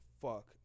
Fuck